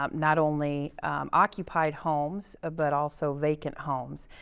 um not only occupied homes, but also vacant homes.